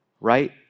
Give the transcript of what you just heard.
right